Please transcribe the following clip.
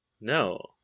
No